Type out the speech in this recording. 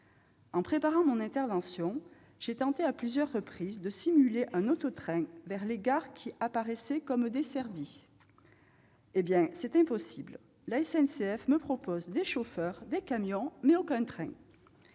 En préparant mon intervention, j'ai tenté à plusieurs reprises de simuler un auto-train vers les gares qui apparaissaient comme desservies. Eh bien, c'est impossible ! La SNCF me propose des chauffeurs, des camions, mais aucun train !